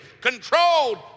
controlled